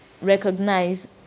recognize